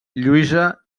lluïsa